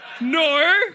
No